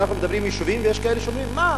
אנחנו מדברים על יישובים ויש כאלה שאומרים: מה אתם,